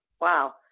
Wow